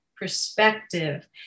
perspective